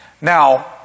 Now